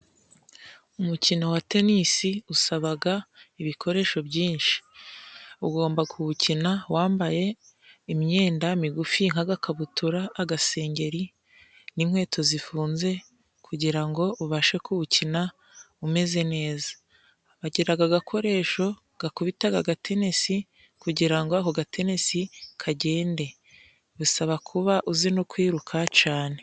Umukino wa tenisi usabaga ibikoresho byinshi, ugomba kuwukina wambaye imyenda migufi nk'agakabutura agasengeri, n'inkweto zifunze kugira ngo ubashe kuwukina umeze neza, bagiraga agakoresho gakubitaga agatenesi kugira ngo ako gatenesi kagende bisaba kuba uzi no kwiruka cane.